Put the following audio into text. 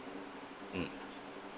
mm